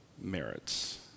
merits